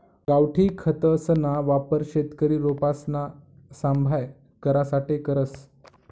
गावठी खतसना वापर शेतकरी रोपसना सांभाय करासाठे करस